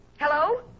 Hello